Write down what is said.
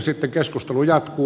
sitten keskustelu jatkuu